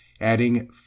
adding